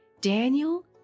Daniel